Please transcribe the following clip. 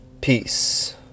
Peace